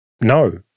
no